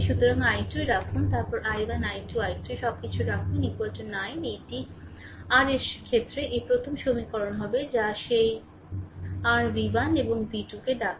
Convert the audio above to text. সুতরাং i2 ই রাখুন তারপর i1 i2 i3 সব কিছু রাখুন 9 এটি r এর ক্ষেত্রে প্রথম সমীকরণ হবে যা সেই r v 1 এবং v 2 কে ডাকে